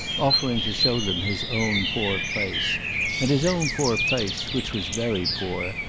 offering to show them his own poor place and his own poor place, which was very poor,